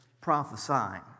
prophesying